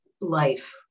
life